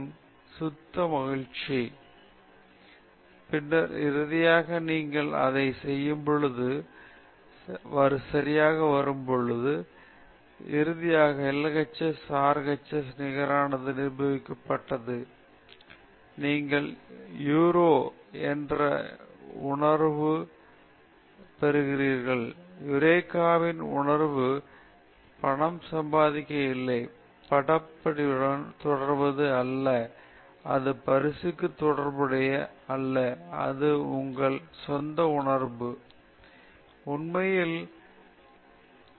நீங்கள் என்ன செய்கிறீர்களோ அதை அனுபவிக்கிறார்கள் அறியப்படாத புதிர் தீர்க்கும் சுத்த மகிழ்ச்சி நீங்கள் ஒன்பதாவது தரநிலையில் இருக்கும்போது அறியப்படாத புதிர் ஒன்றைத் தீர்க்க வேண்டும் பரிசு எதுவும் இல்லை எந்த ஊக்கமும் இல்லை இரண்டு மணிநேரத்திற்கு நீ போராடுகிறாய் நீங்கள் போராடுகிறீர்கள் அது வரவில்லை பின்னர் இறுதியாக நீங்கள் அதை பெறம் போது இறுதியாக நீ சரியா வரும்போது நீ சொல்வது தீட்டா இறுதியாக LHS RHS க்கு நிகரானது நிரூபிக்கப்பட்டது நீங்கள் யுரேகா என்ற உணர்வு பெறுகிறீர்கள் யுரேகாவின் உணர்வு பணம் சம்பந்தமாக இல்லை பட்டப்படிப்புடன் தொடர்புடையது அல்ல அது பரிசுக்குத் தொடர்புடையது அல்ல அது உங்கள் சொந்த உணர்வு அந்த நேரத்தில் உங்கள் தாய் புர்விவை வைத்து இருந்திருக்கலாம் நீங்கள் மறந்த அனைத்தும் எல்லாவற்றையும் உணவு கூட முக்கியம் இல்லை தூக்கம் முக்கியமானது அல்ல